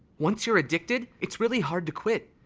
once you're addicted, it's really hard to quit.